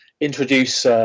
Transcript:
introduce